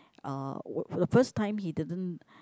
uh w~ the first time he didn't